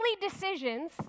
decisions